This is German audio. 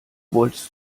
wolltest